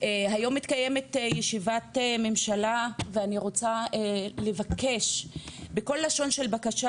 היום מתקיימת ישיבת ממשלה ואני רוצה לבקש בכל לשון של בקשה